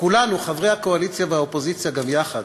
כולנו, חברי הקואליציה והאופוזיציה גם יחד,